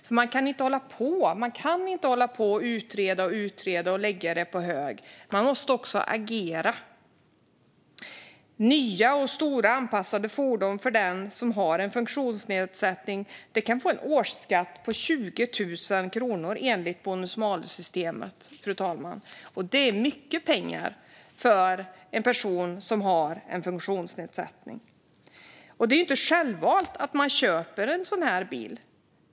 Men man kan inte hålla på med att bara utreda och utreda och lägga på hög - man måste också agera. Nya, stora och anpassade fordon för den som har en funktionsnedsättning kan få en årsskatt på 20 000 kronor enligt bonus malus-systemet. Det är mycket pengar för en person som har en funktionsnedsättning. Det är inte självvalt att man köper en sådan bil.